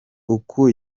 uku